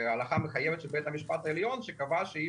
הלכה מחייבת של בית המשפט העליון שקבע שאי